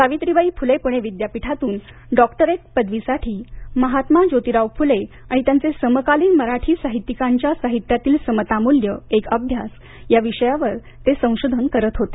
सावित्रीबाई फुले पुणे विद्यापीठातून डॉक्टरेट पदवीसाठी महात्मा ज्योतीराव फुले आणि त्यांचं समकालीन मराठी साहित्यिकांच्या साहित्यातील समतामुल्य एक अभ्यास या विषयावर ते संशोधन करत होते